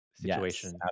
situation